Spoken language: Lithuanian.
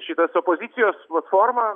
šita opozicijos platforma